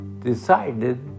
decided